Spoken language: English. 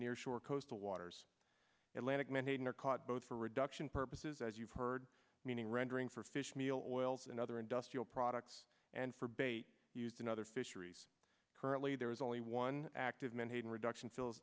near shore coastal waters atlantis menhaden are caught both for reduction purposes as you've heard meaning rendering for fish meal oils and other industrial products and for bait used in other fisheries currently there is only one active menhaden reduction